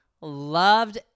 loved